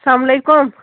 سلام علیکُم